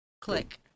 click